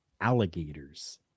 alligators